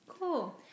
Cool